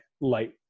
light